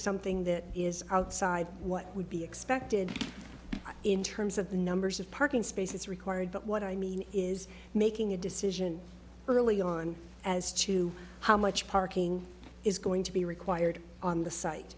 something that is outside what would be expected in terms of the numbers of parking spaces required but what i mean is making a decision early on as to how much parking is going to be required on the site